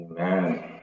Amen